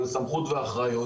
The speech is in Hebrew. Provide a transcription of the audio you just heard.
מה רטורי בזה?